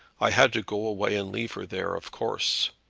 i had to go away and leave her there, of course.